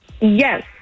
Yes